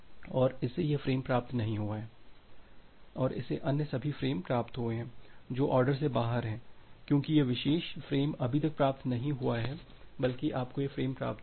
और इसे यह फ़्रेम प्राप्त नहीं हुआ है और इसे अन्य सभी फ़्रेम प्राप्त हुए हैं जो ऑर्डर से बाहर हैं क्योंकि यह विशेष फ़्रेम अभी तक प्राप्त नहीं हुआ है बल्कि आपको यह फ़्रेम प्राप्त हुआ है